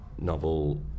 novel